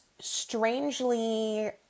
strangely